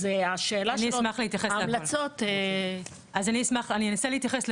אז השאלה --- אני אשמח להתייחס.